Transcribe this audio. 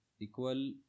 equal